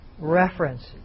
reference